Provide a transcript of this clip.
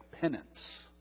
penance